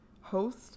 host